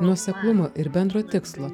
nuoseklumo ir bendro tikslo